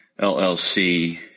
LLC